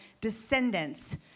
descendants